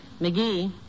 McGee